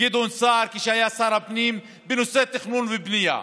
גדעון סער כשהיה שר הפנים בנושא תכנון ובנייה.